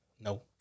no